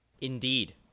Indeed